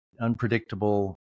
unpredictable